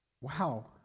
Wow